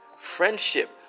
Friendship